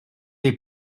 les